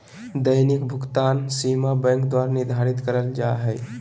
दैनिक भुकतान सीमा बैंक द्वारा निर्धारित करल जा हइ